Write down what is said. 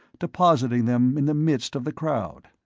depositing them in the midst of the crowd.